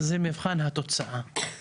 זה מבחן התוצאה.